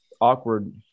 awkward